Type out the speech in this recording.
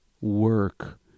work